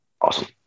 awesome